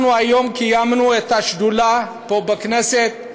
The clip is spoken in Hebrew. אנחנו היום קיימנו את ישיבת השדולה פה, בכנסת,